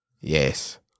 Yes